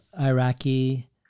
Iraqi